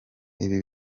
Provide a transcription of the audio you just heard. ibi